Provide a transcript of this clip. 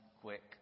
quick